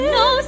no